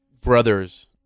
Brothers